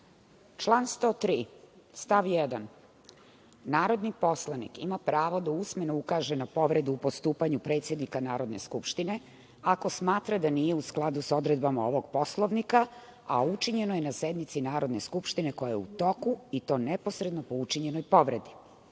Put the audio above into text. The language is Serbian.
103. stav 1. – narodni poslanik ima pravo da usmeno ukaže na povredu u postupanju predsednika Narodne skupštine ako smatra da nije u skladu sa odredbama ovog Poslovnika, a učinjeno je na sednici Narodne skupštine koja je u toku i to neposredno po učinjenoj povredi. Stav